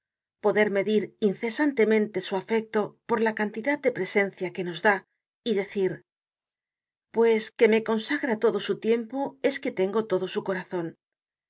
poder medir incesantemente su afecto por la cantidad de presencia que nos da y decir pues que me consagra todo su tiempo es que tengo todo su corazon